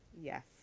yes